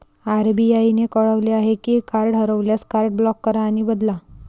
RBI ने कळवले आहे की कार्ड हरवल्यास, कार्ड ब्लॉक करा आणि बदला